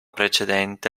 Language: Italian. precedente